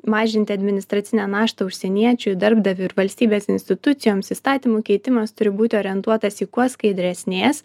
mažinti administracinę naštą užsieniečiui darbdaviui ir valstybės institucijoms įstatymų keitimas turi būti orientuotas į kuo skaidresnės